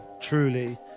Truly